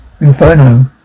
Inferno